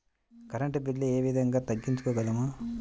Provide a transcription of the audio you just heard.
Current bill ఏ విధంగా తగ్గించుకోగలము?